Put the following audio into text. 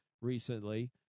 recently